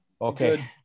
Okay